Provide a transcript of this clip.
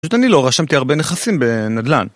פשוט אני לא רשמתי הרבה נכסים בנדל"ן.